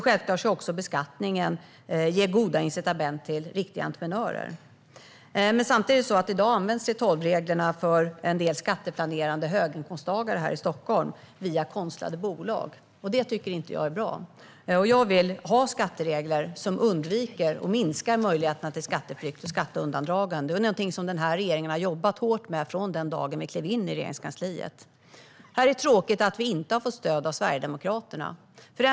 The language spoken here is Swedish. Självklart ger beskattningen goda incitament till riktiga entreprenörer. I dag används 3:12-reglerna för en del skatteplanerande höginkomsttagare i Stockholm via konstlade bolag. Det är inte bra. Jag vill ha skatteregler som undviker och minskar möjligheterna till skatteflykt och skatteundandragande. Det är något som den här regeringen har jobbat hårt med från den dagen vi klev in i Regeringskansliet. Här är det tråkigt att vi inte har fått stöd av Sverigedemokraterna.